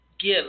give